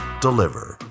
Deliver